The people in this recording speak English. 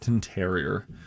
Terrier